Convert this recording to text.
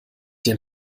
den